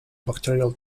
bacterial